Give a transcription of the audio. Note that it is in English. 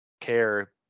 care